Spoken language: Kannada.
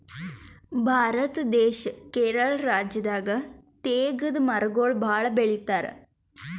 ಭಾರತ ದೇಶ್ ಕೇರಳ ರಾಜ್ಯದಾಗ್ ತೇಗದ್ ಮರಗೊಳ್ ಭಾಳ್ ಬೆಳಿತಾರ್